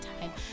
time